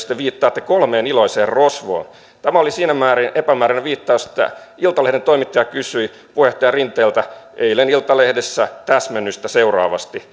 te viittaatte kolmeen iloiseen rosvoon oli siinä määrin epämääräinen viittaus että iltalehden toimittaja kysyi puheenjohtaja rinteeltä eilen iltalehdessä täsmennystä seuraavasti